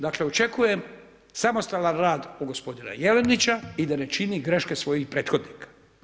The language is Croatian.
Dakle, očekujem samostalan rad gospodina Jelenića i da ne čini greške svojih prethodnika.